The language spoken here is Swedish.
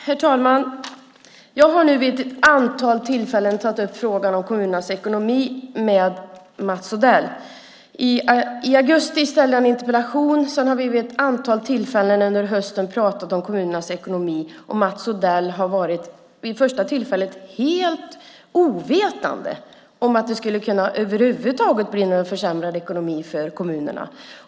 Herr talman! Jag har vid ett antal tillfällen tagit upp frågan om kommunernas ekonomi med Mats Odell. I augusti ställde jag en interpellation, och sedan har vi vid ett antal tillfällen under hösten pratat om kommunernas ekonomi. Vid första tillfället var Mats Odell helt ovetande om att det över huvud taget skulle kunna bli någon försämrad ekonomi för kommunerna.